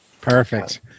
Perfect